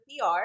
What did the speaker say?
PR